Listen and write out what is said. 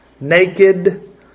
naked